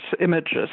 images